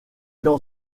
dans